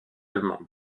allemande